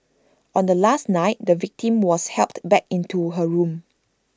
on the last night the victim was helped back into her room